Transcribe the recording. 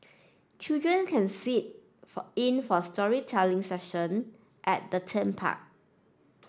children can sit for in for storytelling session at the theme park